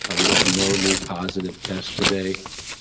we have no new positive test today.